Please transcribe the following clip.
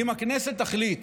אם הכנסת תחליט